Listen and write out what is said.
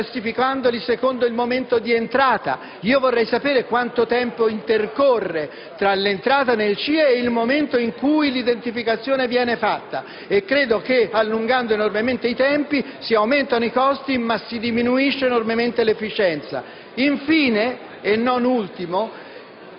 classificati secondo il momento di entrata. Vorrei sapere quanto tempo intercorre tra l'entrata nel CIE e il momento in cui viene fatta l'identificazione. Credo che allungando enormemente i tempi si aumentino i costi e si diminuisca enormemente l'efficienza. Infine, e non ultimo,